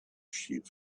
sheep